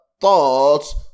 thoughts